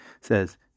says